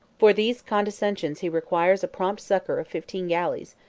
for these condescensions he requires a prompt succor of fifteen galleys,